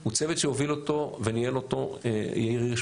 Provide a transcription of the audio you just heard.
הוא צוות שהוביל וניהל אותו יאיר הירש,